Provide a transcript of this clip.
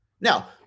Now